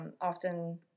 often